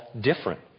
different